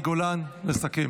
חבר הכנסת צבי ידידיה סוכות,